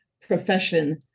profession